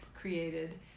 created